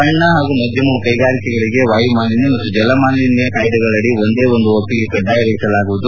ಸಣ್ಣ ಹಾಗೂ ಮಧ್ವಮ ಕೈಗಾರಿಕೆಗಳಿಗೆ ವಾಯುಮಾಲಿನ್ಣ ಮತ್ತು ಜಲ ಮಾಲಿನ್ಣ ಕಾಯ್ದೆಗಳಡಿ ಒಂದೇ ಒಂದು ಒಪ್ಪಿಗೆ ಕಡ್ಡಾಯಗೊಳಿಸಲಾಗುವುದು